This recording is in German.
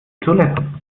toiletten